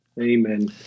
Amen